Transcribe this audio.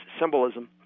symbolism